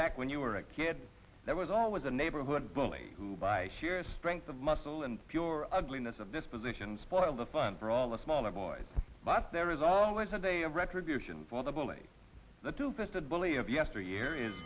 back when you were a kid there was always a neighborhood bully who by sheer strength of muscle and pure ugliness of disposition spoil the fun for all the smaller boys but there is always a day of retribution for the bully the two fisted bully of yesteryear is